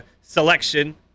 selection